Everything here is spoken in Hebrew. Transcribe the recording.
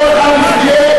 אבל הוא,